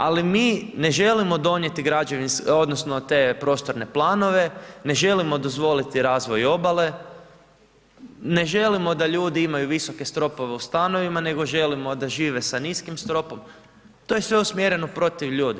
Ali mi ne želimo donijeti građevinske odnosno te prostorne planove, ne želimo dozvoliti razvoj obale, ne želimo da ljudi imaju visoke stropove u stanovima nego želimo da žive sa niskim stropom, to je sve usmjereno protiv ljudi.